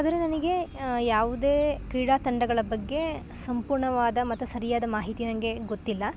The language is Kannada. ಆದರೆ ನನಗೆ ಯಾವುದೇ ಕ್ರೀಡಾ ತಂಡಗಳ ಬಗ್ಗೆ ಸಂಪೂರ್ಣವಾದ ಮತ್ತು ಸರಿಯಾದ ಮಾಹಿತಿ ನಂಗೆ ಗೊತ್ತಿಲ್ಲ